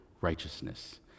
righteousness